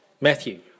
Matthew